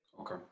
Okay